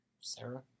Sarah